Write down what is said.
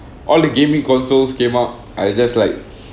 all the gaming consoles came up I just like